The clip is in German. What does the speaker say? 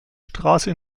straße